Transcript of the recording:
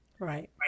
Right